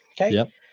Okay